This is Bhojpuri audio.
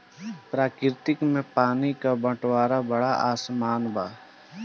प्रकृति में पानी क बंटवारा बड़ा असमान बा